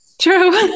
True